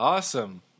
awesome